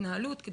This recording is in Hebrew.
ההתנהלות כי